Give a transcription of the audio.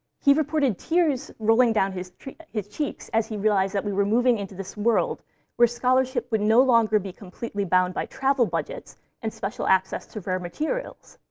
he reported tears rolling down his his cheeks as he realized that we were moving into this world where scholarship would no longer be completely bound by travel budgets and special access to rare materials.